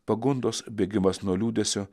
pagundos bėgimas nuo liūdesio